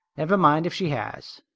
never mind if she has.